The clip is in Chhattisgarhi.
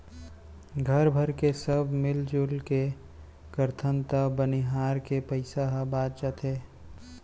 घर भरके सब मिरजुल के करथन त बनिहार के पइसा ह बच जाथे